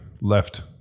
left